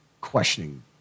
questioning